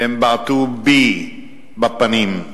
והם בעטו בי בפָּנים.